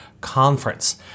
conference